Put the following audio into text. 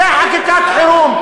זו חקיקת חירום.